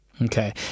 Okay